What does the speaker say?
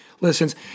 listens